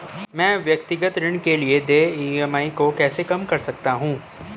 मैं व्यक्तिगत ऋण के लिए देय ई.एम.आई को कैसे कम कर सकता हूँ?